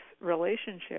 relationship